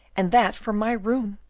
and that from my room,